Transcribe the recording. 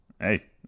Hey